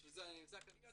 בשביל זה אני נמצא כאן.